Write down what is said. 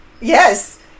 Yes